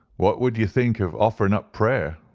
what would ye think of offering up prayer?